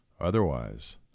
Otherwise